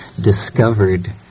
discovered